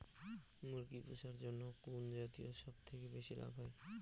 মুরগি পুষার জন্য কুন জাতীয় সবথেকে বেশি লাভ হয়?